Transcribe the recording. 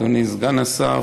אדוני סגן השר,